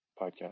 Podcast